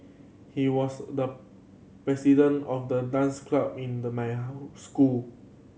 he was the president of the dance club in the my school